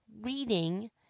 reading